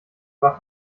war